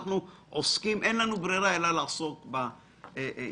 אין לנו ברירה אלא לעסוק בהיסטוריה.